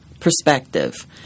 perspective